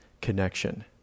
connection